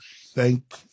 thank